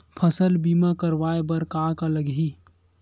फसल बीमा करवाय बर का का लगही?